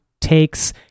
takes